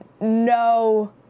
no